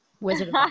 Wizard